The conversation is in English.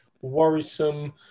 worrisome